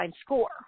score